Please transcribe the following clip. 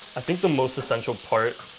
i think the most essential part,